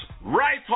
Right